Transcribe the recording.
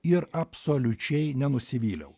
ir absoliučiai nenusivyliau